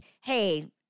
hey